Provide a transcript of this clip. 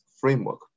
framework